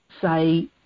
say